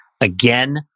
Again